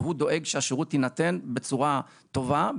והוא דואג שהשירות יינתן בצורה טובה,